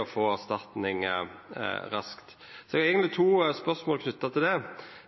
å få erstatning raskt. Eg har eigentleg to spørsmål knytte til det.